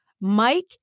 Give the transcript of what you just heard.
Mike